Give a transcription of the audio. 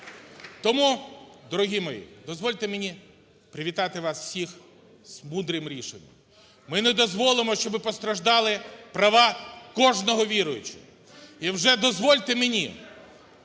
Тому, дорогі мої, дозвольте мені привітати вас всіх з мудрим рішенням. Ми не дозволимо, щоб постраждали права кожного віруючого. І вже дозвольте мені